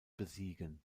besiegen